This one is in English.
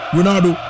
Ronaldo